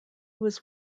was